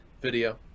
video